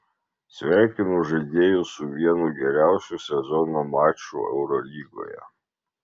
sveikinu žaidėjus su vienu geriausių sezono mačų eurolygoje